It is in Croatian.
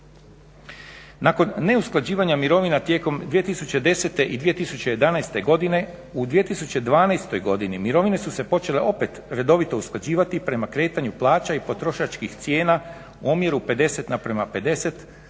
Nakon ne usklađivanja mirovina tijekom 2010.i 2011.godine u 2012.godini mirovine su se počele opet redovito usklađivati prema kretanju plaća i potrošačkih cijena u omjeru 50:50, ona